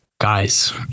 Guys